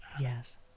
Yes